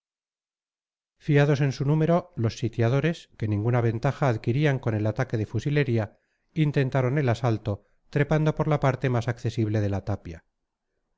fiados en su número los sitiadores que ninguna ventaja adquirían con el ataque de fusilería intentaron el asalto trepando por la parte más accesible de la tapia